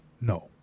No